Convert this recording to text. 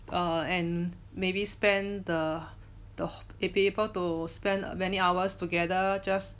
err and maybe spend the the be able to spend many hours together just